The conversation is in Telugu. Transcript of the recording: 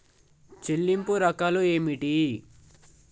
చెల్లింపు రకాలు ఏమిటి?